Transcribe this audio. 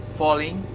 falling